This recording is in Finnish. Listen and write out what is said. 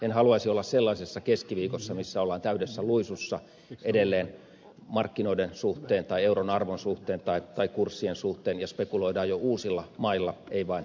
en haluaisi olla sellaisessa keskiviikossa missä ollaan täydessä luisussa edelleen markkinoiden suhteen tai euron arvon suhteen tai kurssien suhteen ja spekuloidaan jo uusilla mailla ei vain kreikalla